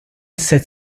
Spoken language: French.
sept